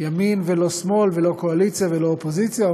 ימין ולא שמאל, ולא קואליציה ולא אופוזיציה.